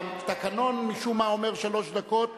התקנון משום מה אומר שלוש דקות.